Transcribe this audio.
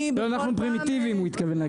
הוא התכוון לומר שאנחנו פרימיטיביים.